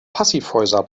passivhäuser